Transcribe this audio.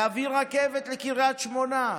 להביא רכבת לקריית שמונה,